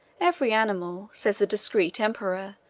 every animal, says the discreet emperor,